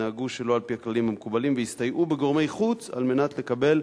התנהגו שלא על-פי הכללים המקובלים והסתייעו בגורמי חוץ על מנת לקבל